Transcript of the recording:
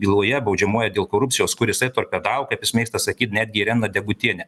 byloje baudžiamoje dėl korupcijos kur jisai torpedavo kaip jis mėgsta sakyt netgi ireną degutienę